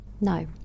No